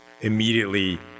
immediately